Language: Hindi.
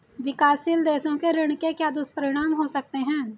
विकासशील देशों के ऋण के क्या दुष्परिणाम हो सकते हैं?